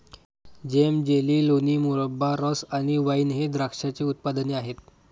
जेम, jelly, लोणी, मुरब्बा, रस आणि वाइन हे द्राक्षाचे उत्पादने आहेत